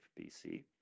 BC